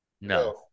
No